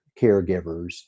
caregivers